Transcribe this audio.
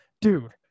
dude